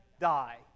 die